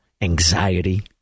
anxiety